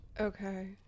Okay